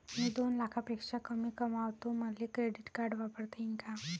मी दोन लाखापेक्षा कमी कमावतो, मले क्रेडिट कार्ड वापरता येईन का?